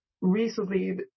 recently